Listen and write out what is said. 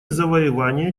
завоевания